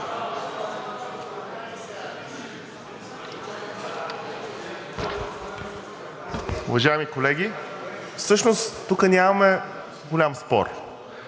Уважаеми колеги, всъщност тук нямаме голям спор.